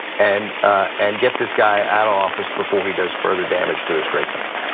and and get this guy out of office before he does further damage to this great country.